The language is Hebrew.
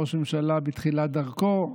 ראש ממשלה בתחילת דרכו,